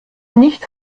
nicht